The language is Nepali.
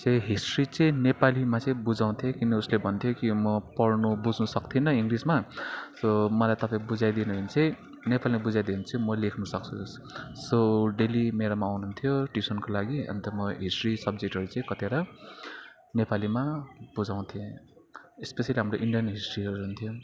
चाहिँ हिस्ट्री चाहिँ नेपालीमा चाहिँ बुझाउँथेँ किन उसले भन्थ्यो कि म पढ्नु बुझ्नु सक्दिनँ इङ्गलिसमा सो मलाई तपाईँ बुझाइदिने भने चाहिँ नेपालीमा बुझाइदिएँ भने चाहिँ म लेख्नसक्छु जस्तो सो डेली मेरोमा आउनुहुन्थ्यो ट्युसनको लागि अन्त म हिस्ट्री सब्जेटहरू चाहिँ कतिवटा नेपालीमा बुझाउँथेँ स्पेसल्ली हाम्रो इन्डियन हिस्ट्रीहरू हुन्थ्यो